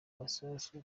amasuka